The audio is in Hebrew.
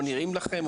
לא נראים לכם,